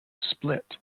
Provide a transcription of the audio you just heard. split